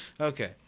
Okay